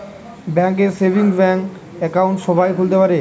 bank এ savings bank account সবাই খুলতে পারে